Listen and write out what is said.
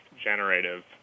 generative